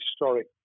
historic